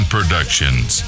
Productions